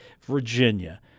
Virginia